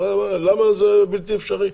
למה זה בלתי אפשרי?